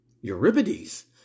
Euripides